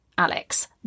Alex